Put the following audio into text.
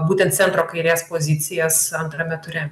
būtent centro kairės pozicijas antrame ture